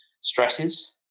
stresses